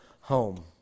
home